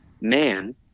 man